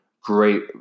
great